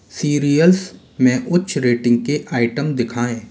serials में उच्च rating के आइटम दिखाएँ